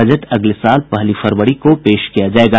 budget अगले साल पहली फरवरी को पेश किया जाएगा